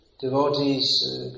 devotees